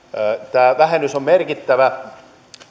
tämä vähennys on merkittävä